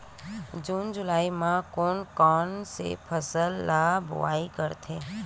जून जुलाई म कोन कौन से फसल ल बोआई करथे?